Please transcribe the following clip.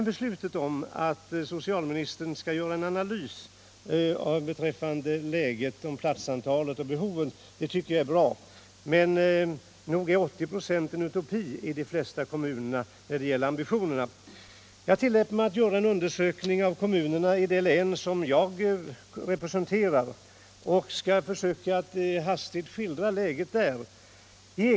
Beslutet att göra en analys beträffande platsantalet och behoven är bra, men när det gäller ambitionerna är nog 80 96 en utopi i de flesta kommunerna. Jag tillät mig att göra en undersökning av kommunerna i det län som jag representerar, och jag skall försöka hastigt skildra läget där.